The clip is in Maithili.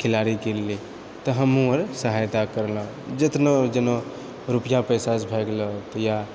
खिलाड़ीके लिअऽ तऽ हमहुँ सहायता करलहुँ जितनो जेनो रुपआ पैसा भए गेलओ यऽ